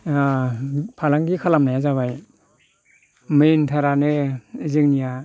ओ फालांगि खालामनाया जाबाय मेनथारानो जोंनिया